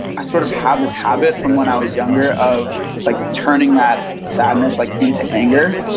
i sort of had this habit from when i was younger. of like turning that sadness like into anger.